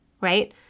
right